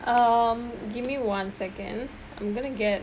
um give me one second I'm gonna get